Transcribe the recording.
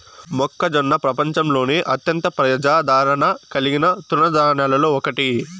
మొక్కజొన్న ప్రపంచంలోనే అత్యంత ప్రజాదారణ కలిగిన తృణ ధాన్యాలలో ఒకటి